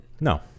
No